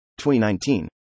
2019